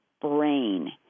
brain